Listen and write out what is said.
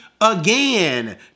again